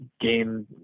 game